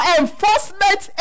enforcement